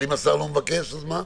אבל אם השר לא מבקש, אז מה?